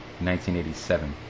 1987